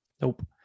nope